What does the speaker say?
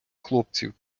хлопців